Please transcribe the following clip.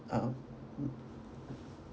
um